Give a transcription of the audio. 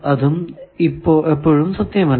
അതും ഇപ്പോഴും സത്യമല്ല